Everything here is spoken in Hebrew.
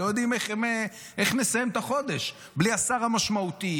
הם לא יודעים איך נסיים את החודש בלי השר המשמעותי,